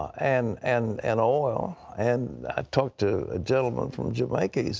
and and and oil, and i talked to a gentleman from jamaica.